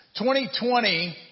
2020